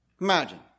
Imagine